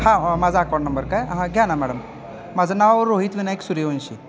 हां हां माझा अकाऊंट नंबर काय हां घ्या ना मॅडम माझं नाव रोहित विनायक सूर्यवंशी